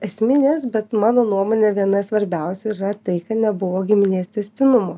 esminės bet mano nuomone viena svarbiausių ir yra tai kad nebuvo giminės tęstinumo